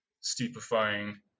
stupefying